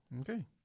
Okay